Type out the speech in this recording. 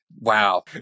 wow